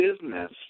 business